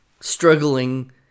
struggling